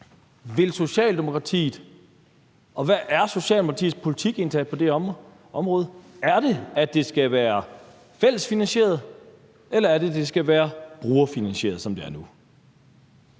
lidt forvirret. Altså, hvad er Socialdemokratiets politik egentlig på det her område? Er det, at det skal være fællesfinansieret, eller er det, at det skal være brugerfinansieret, som det er nu?